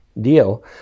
deal